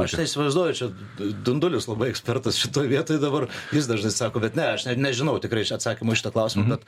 aš tai įsivaizduoju čia du dundulis labai ekspertas šitoj vietoj dabar jis dažnai sako bet ne aš nežinau tikrai aš atsakymo į šitą klausimą bet